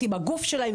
עם הגוף שלהן,